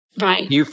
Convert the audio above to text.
Right